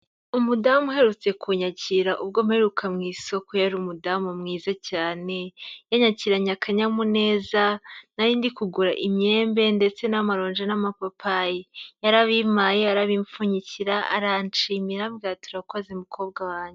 Umudamu uherutse kunyakira ubwo mperuka mu isoko, yari umudamu mwiza cyane, yanyakiranye akanyamuneza, narindi kugura imyembe ndetse n'amaronji n'amapapayi. Yarabimpaye, arabimpfunyikira, aranshimira, arambwira ati "urakoze mukobwa wanjye."